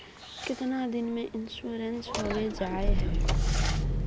कीतना दिन में इंश्योरेंस होबे जाए है?